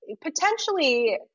potentially